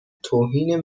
توهین